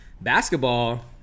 basketball